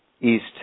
east